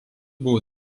buvo